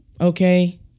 okay